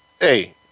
Hey